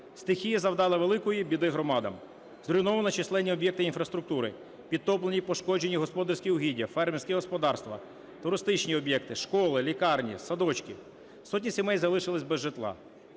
Стихія завдала великої біди громадам, зруйновані численні об'єкти інфраструктури, підтоплені і пошкоджені господарські угіддя, фермерські господарства, туристичні об'єкти, школи, лікарні, садочки. Сотні сімей залишилися без житла.